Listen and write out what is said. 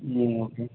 ம் ஓகே